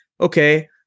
okay